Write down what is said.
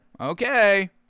Okay